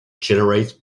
generate